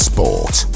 Sport